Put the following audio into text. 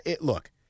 look